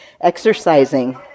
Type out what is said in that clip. Exercising